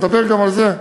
נדבר גם על זה,